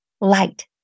light